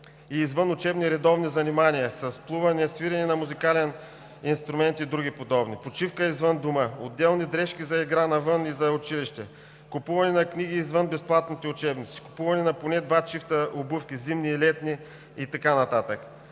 и извънучебни редовни занимания – с плуване, свирене на музикален инструмент и други подобни, почивка извън дома, отделни дрешки за игра навън и за училище, купуване на книги извън безплатните учебници, купуване на поне два чифта обувки – зимни и летни, и така нататък.